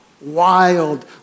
wild